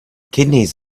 kidneys